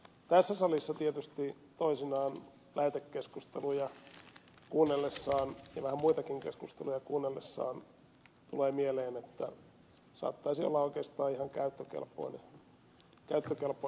tässä salissa tietysti toisinaan lähetekeskusteluja ja vähän muitakin keskusteluja kuunnellessa tulee mieleen että tämä saattaisi olla oikeastaan ihan käyttökelpoinen säännös